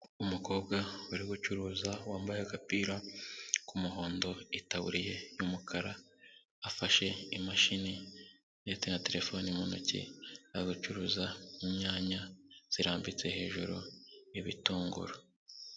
Umukobwa uri gucuruza, wambaye agapira k'umuhondo, itaburiye y'umukara, afashe imashini ndetse na terefone mu ntoki, ari gucuruza inyanya, zirambitse hejuru y'ibitunguru.